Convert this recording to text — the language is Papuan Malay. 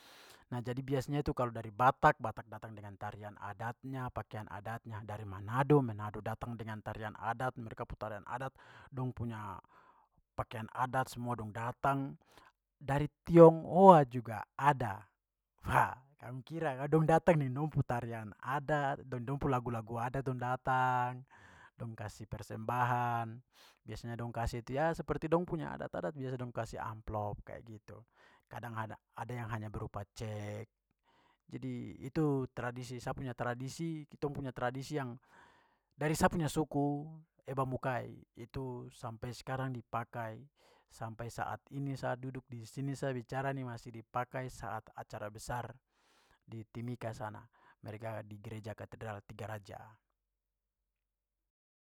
Nah, jadi biasanya itu kalau dari batak, batak datang dengan tarian adatnya, pakian adatnya, dari manado, manado datang dengan tarian adat, mereka pu tarian adat, dong punya pakian adat semua dong datang. Dari tionghoa juga ada. Wah, kamu kira ka, dong datang deng dong pu tarian adat, deng dong pu lagu-lagu adat dong datang, dong kasi persembahan, biasanya dong kasih itu, ya, seperti dong punya adat-adat biasa dong kasih amplop kayak gitu. Kadang ada ada yang hanya berupa cek. Jadi itu tradisi, sa punya tradisi, kitong punya tradisi yang dari sa punya suku, eba mukai, itu sampai sekarang dipakai. Sampai saat ini sa duduk di sini sa bicara ni masih dipakai saat acara besar, di timika sana, mereka di gereja katedral tiga raja.